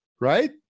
Right